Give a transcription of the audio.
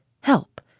Help